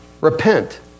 Repent